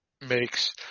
makes